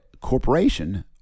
corporation